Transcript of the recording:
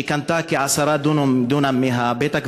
שקנתה כ-10 דונם מבית-הקברות,